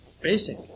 Basic